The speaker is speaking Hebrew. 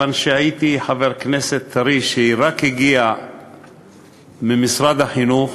הייתי חבר כנסת טרי, שרק הגיע ממשרד החינוך,